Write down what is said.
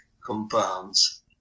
compounds